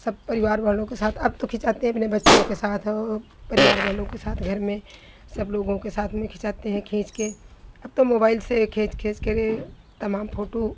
सब परिवार वालों के साथ अब तो खिंचाते अपने बच्चों के साथ औ परिवार वालों के साथ घर में सब लोगों के साथ में खिंचाते हैं खींच के अब तो मोबाइल से खींच खींचकर तमाम फोटू